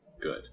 Good